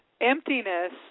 emptiness